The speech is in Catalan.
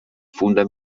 funda